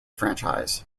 franchise